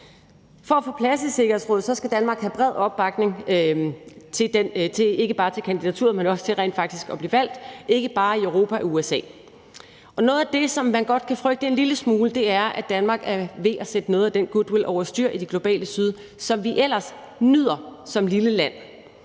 For at få plads i Sikkerhedsrådet skal Danmark have bred opbakning, ikke bare til kandidaturet, men også til rent faktisk at blive valgt, ikke bare i Europa og USA. Og noget af det, som man godt kan frygte en lille smule, er, at Danmark er ved at sætte noget af den goodwill over styr i det globale syd, som vi ellers nyder som lille land